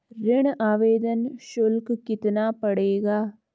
ऋण आवेदन शुल्क कितना पड़ेगा?